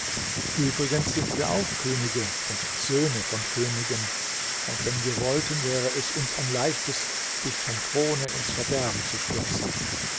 übrigens sind wir auch könige und söhne von königen und wenn wir wollten wäre es uns ein leichtes dich vom throne ins verderben zu stürzen